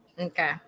Okay